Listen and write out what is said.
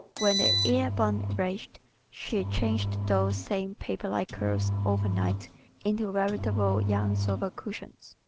when the ear-bun raged she changed those same paper-like curls over night into veritable young sofa cushions.